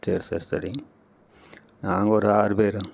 சேரி சேரி சேரிங்க நாங்கள் ஒரு ஆறு பேர்